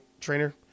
trainer